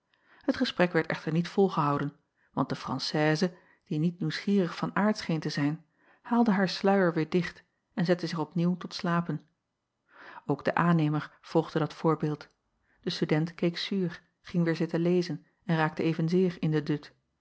et gesprek werd echter niet volgehouden want de rançaise die niet nieuwsgierig van aard scheen te zijn haalde haar sluier weêr dicht en zette zich opnieuw tot slapen ok de aannemer volgde dat voorbeeld de student keek zuur ging weêr zitten lezen en raakte evenzeer in den dut